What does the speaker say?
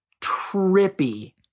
trippy